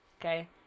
okay